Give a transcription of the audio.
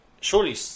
surely